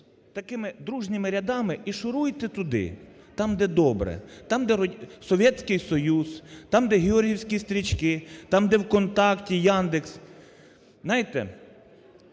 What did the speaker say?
такими дружними рядами і шуруйте туди, там, де добре. Там, де Совєтский Союз, там, де георгіївські стрічки, там, де "Вконтакте", "Яндекс". Знаєте,